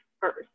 first